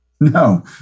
No